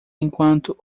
enquanto